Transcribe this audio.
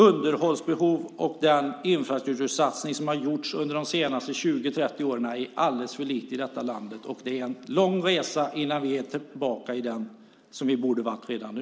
Underhållsbehovet är stort, och den infrastruktursatsning som har gjorts under de senaste 20-30 åren är alldeles för liten i detta land. Det är en lång resa innan vi är tillbaka till där vi borde ha varit redan nu.